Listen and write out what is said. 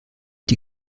die